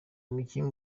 umukinnyi